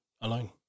alone